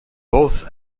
both